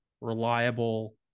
reliable